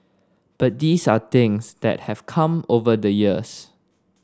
but these are things that have come over the years